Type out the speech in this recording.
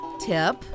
tip